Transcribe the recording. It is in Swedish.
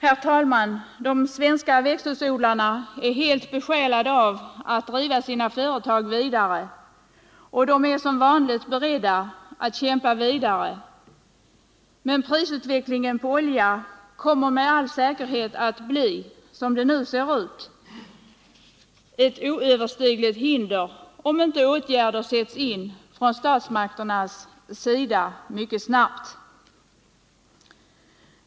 Herr talman! De svenska växthusodlarna är besjälade av viljan att driva sina företag vidare, och de är som vanligt beredda att kämpa vidare. Men som det nu ser ut kommer prisutvecklingen på olja med all säkerhet att bli ett oöverstigligt hinder om inte åtgärder mycket snabbt sätts in från statsmakternas sida.